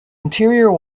interior